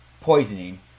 poisoning